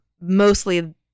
mostly